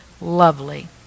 lovely